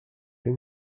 chez